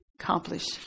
accomplish